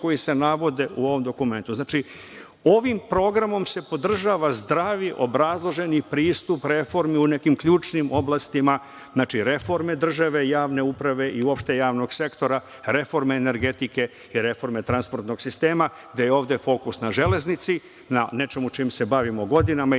koji se navode u ovom dokumentu. Znači, ovim program se podržava zdravi obrazloženi pristup reformi u nekim ključnim oblastima, reforme države, javne uprave i uopšte javnog sektora, reforme energetike i reforme transportnog sistema, gde je ovde fokus na „Železnici“, na nečemu čime se bavimo godinama i